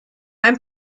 ein